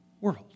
world